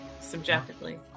Subjectively